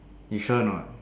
you sure or not